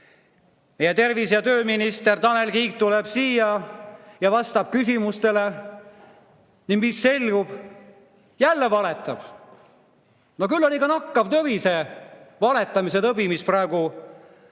tervise- ja tööminister Tanel Kiik tuleb siia ja vastab küsimustele. Mis selgub? Jälle valetab! No küll on ikka nakkav tõbi see valetamisetõbi, mis praegu